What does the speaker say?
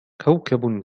كوكب